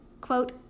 quote